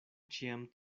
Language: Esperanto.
ĉiam